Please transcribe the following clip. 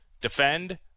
defend